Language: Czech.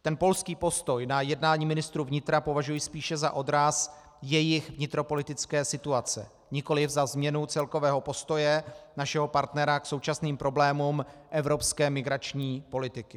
Ten polský postoj na jednání ministrů vnitra považuji spíše za odraz jejich vnitropolitické situace, nikoliv za změnu celkového postoje našeho partnera k současným problémům evropské migrační politiky.